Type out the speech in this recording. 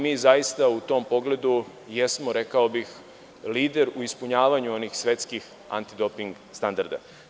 Mi zaista u tom pogledu jesmo, rekao bih, lider u ispunjavanju onih svetskih antidoping standarda.